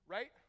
Right